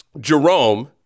Jerome